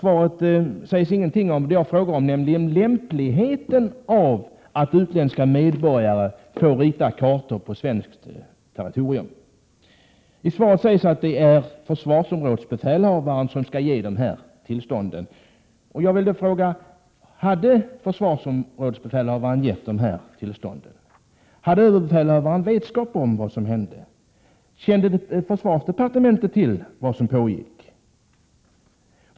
Det sägs ingenting om det jag frågade om, nämligen lämpligheten av att utländska medborgare får rita kartor på svenskt territorium. I svaret sägs att det är försvarsområdesbefälhavaren som skall ge tillstånd. Jag vill då fråga: Hade försvarsområdesbefälhavaren gett tillstånd? Hade överbefälhavaren vetskap om vad som hände? Kände försvarsdepartementet till vad som pågick?